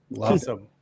Awesome